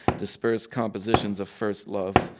disperse compositions of first love.